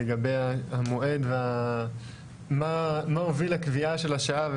לגבי המועד ומה הוביל לקביעה של השעה,